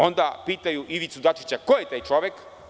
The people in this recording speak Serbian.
Onda pitaju Ivicu Dačića – ko je taj čovek?